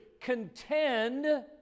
contend